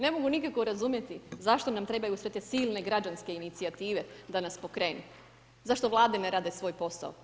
Ne mogu nikako razumjeti zašto nam trebaju sve te silne građanske inicijative da nas pokrenu, zašto Vlade ne rade svoj posao?